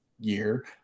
year